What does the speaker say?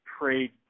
trade